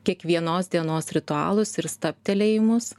kiekvienos dienos ritualus ir stabtelėjimus